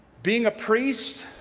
being a priest,